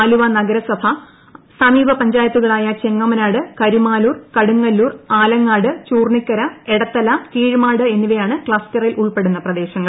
ആലുവ നഗരസഭ സമീപ പഞ്ചായത്തുകളായ ചെങ്ങമനാട് കരുമാലൂർ കടുങ്ങല്ലൂർ ആലങ്ങാട് ചൂർണ്ണിക്കര എടത്തല കീഴ്മാട് എന്നിവയാണ് ക്ലസ്റ്ററിൽ ഉൾപ്പെടുന്ന പ്രദേശങ്ങൾ